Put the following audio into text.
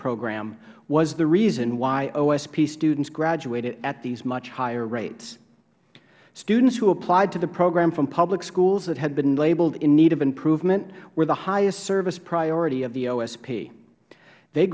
program was the reason why osp students graduated at these much higher rates students who applied to the program from public schools that had been labeled in need of improvement were the highest service priority of the